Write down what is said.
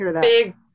big